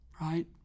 right